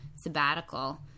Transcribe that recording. sabbatical